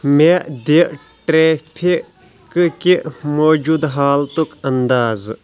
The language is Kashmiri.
مے دِ ٹریفکٕکِہ موجود حالتُک اندازٕ